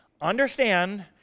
understand